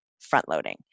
front-loading